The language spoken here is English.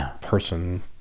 person